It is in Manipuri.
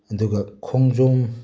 ꯑꯗꯨꯒ ꯈꯣꯡꯖꯣꯝ